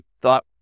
thought